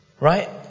Right